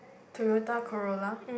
Toyota Corolla